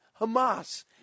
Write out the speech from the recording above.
Hamas